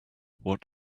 what